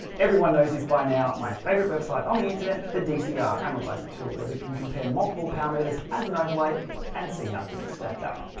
everyone knows this by now, my favorite website on the internet the dcr analyzer tool. where we can compare multiple power meters as an overlay like and see how things stack up.